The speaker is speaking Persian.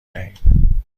دهیم